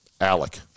Alec